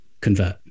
convert